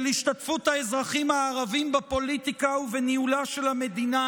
השתתפות האזרחים הערבים בפוליטיקה ובניהולה של המדינה,